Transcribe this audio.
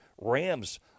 Rams